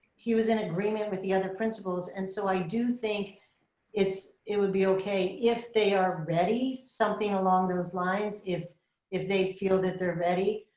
he was in agreement with the other principals. and so i do think it would be okay if they are ready, something along those lines. if if they feel that they're ready,